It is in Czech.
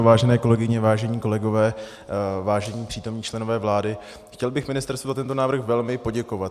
Vážené kolegyně, vážení kolegové, vážení přítomní členové vlády, chtěl bych ministerstvu za tento návrh velmi poděkovat.